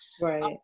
Right